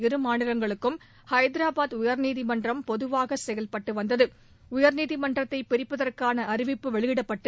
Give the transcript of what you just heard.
இரு மாநிலங்களுக்கும் ஐதராபாத் உயர்நீதிமன்றம் பொதுவாக செயல்பட்டு வந்தது உயர்நீதிமன்றத்தை பிரிப்பதற்கான அறிவிப்பு வெளியிடப்பட்டு